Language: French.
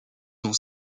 dont